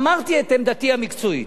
אמרתי את עמדתי המקצועית.